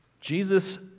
Jesus